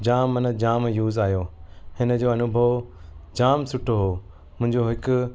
जाम माना जाम यूज़ आहियो हिन जो अनुभव जाम सुठो हुओ मुंहिंजो हिकु